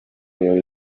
yari